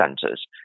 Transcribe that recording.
centers